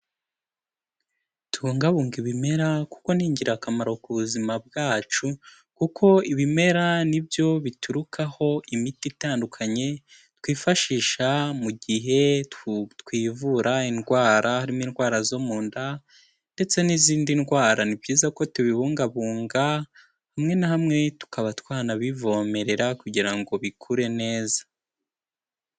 Tubungabunge ibimera, kuko ni ingirakamaro ku buzima bwacu, kuko ibimera ni nibyo biturukaho imiti itandukanye, twifashisha mu gihe twivura indwara, harimo indwara zo munda, ndetse n'izindi ndwara, ni byiza ko tubibungabunga, hamwe na hamwe tukaba twanabivomerera kugira ngo bikure neza.